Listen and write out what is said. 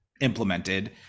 implemented